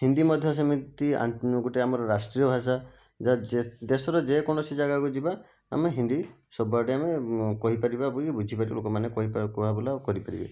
ହିନ୍ଦୀ ମଧ୍ୟ ସେମିତି ଗୋଟିଏ ଆମର ରାଷ୍ଟ୍ରୀୟ ଭାଷା ଯା ଯେ ଦେଶର ଯେକୌଣସି ଜାଗାକୁ ଯିବା ଆମେ ହିନ୍ଦୀ ସବୁଆଡ଼େ ଆମେ କହିପାରିବା ବି ବୁଝିପାରିବା ଲୋକମାନେ କହି କୁହାବୁଲା କରିପାରିବେ